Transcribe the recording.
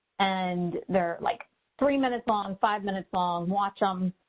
and they're like three minutes long, five minutes long. watch them.